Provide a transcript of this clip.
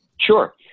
Sure